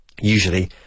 usually